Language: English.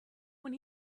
when